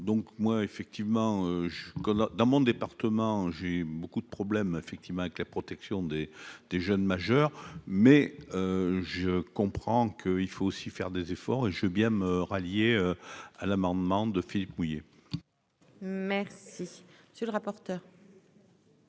donc moi effectivement que là, dans mon département, j'ai beaucoup de problèmes effectivement que la protection des des jeunes majeurs mais je comprends qu'il faut aussi faire des efforts et je veux bien me rallier à l'amendement de Philippe mouiller. Merci sur le rapporteur.